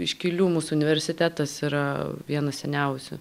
iškilių mūsų universitetas yra vienas seniausių